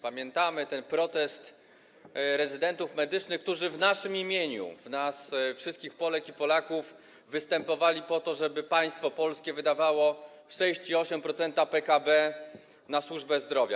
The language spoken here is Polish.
Pamiętamy protest rezydentów medycznych, którzy w naszym imieniu, wszystkich Polek i Polaków, występowali po to, żeby państwo polskie wydawało 6,8% PKB na służbę zdrowia.